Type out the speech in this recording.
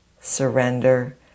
surrender